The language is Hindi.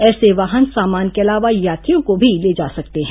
ऐसे वाहन सामान के अलावा यात्रियों को भी ले जा सकते हैं